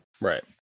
Right